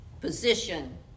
position